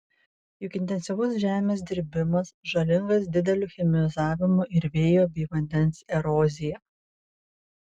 juk intensyvus žemės dirbimas žalingas dideliu chemizavimu ir vėjo bei vandens erozija